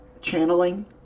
channeling